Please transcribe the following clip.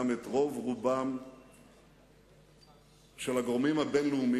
גם את רוב הגורמים הבין-לאומיים